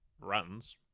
runs